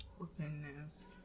Openness